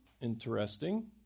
Interesting